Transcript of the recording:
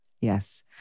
Yes